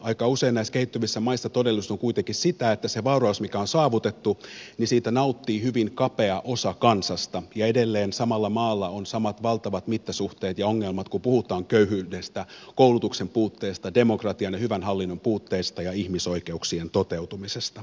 aika usein näissä kehittyvissä maissa todellisuus on kuitenkin sitä että siitä vauraudesta mikä on saavutettu nauttii hyvin kapea osa kansasta ja edelleen samalla maalla on samat valtavat mittasuhteet ja ongelmat kun puhutaan köyhyydestä koulutuksen puutteesta demokratian ja hyvän hallinnon puutteesta ja ihmisoikeuksien toteutumisesta